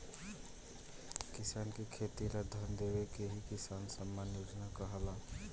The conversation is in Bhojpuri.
किसान के खेती ला धन देवे के ही किसान सम्मान योजना कहाला